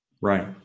Right